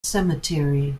cemetery